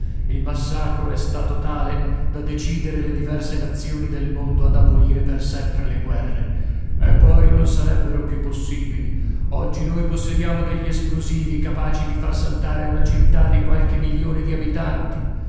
il massacro è stato tale da decidere le diverse nazioni del mondo ad abolire per sempre le guerre e poi non sarebbero più possibili oggi noi possediamo degli esplosivi capaci di far saltare una città di qualche milione di abitanti